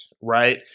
right